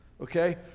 Okay